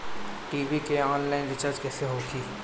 TV के online recharge कैसे होखी?